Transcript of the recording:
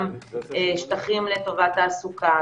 גם שטחים לטובת תעסוקה,